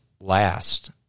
last